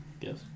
Yes